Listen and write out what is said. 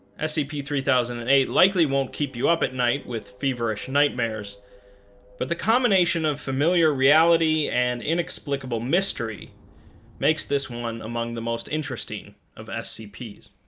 scp three thousand and eight likely won't keep you up at night with feverish nightmares but the combination of familiar reality and inexplicable mystery makes this one among the most interesting of scps